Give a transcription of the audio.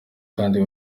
kandi